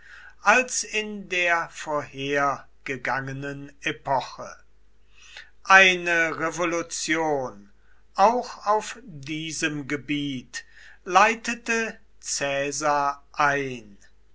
als in der vorhergegangenen epoche eine revolution auch auf diesem gebiet leitete caesar ein